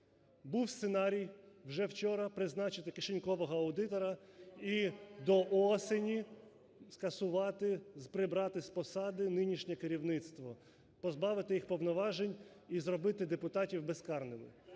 Був сценарій вже вчора призначити "кишенькового" аудитора і до осені скасувати, прибрати з посади нинішнє керівництво, позбавити їх повноважень і зробити депутатів безкарними.